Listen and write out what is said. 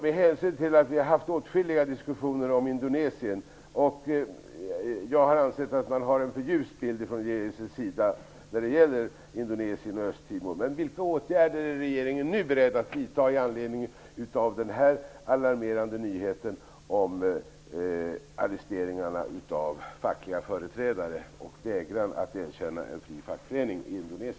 Med hänsyn till att vi haft åtskilliga diskussioner om Indonesien, och med hänsyn till att jag har ansett att regeringen har en för ljus bild av Indonesien och